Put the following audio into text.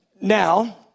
Now